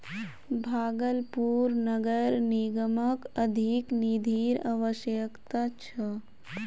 भागलपुर नगर निगमक अधिक निधिर अवश्यकता छ